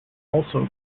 also